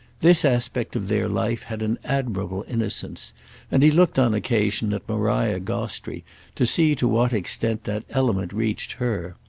this aspect of their life had an admirable innocence and he looked on occasion at maria gostrey to see to what extent that element reached her.